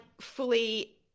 fully